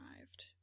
arrived